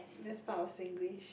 that's part of Singlish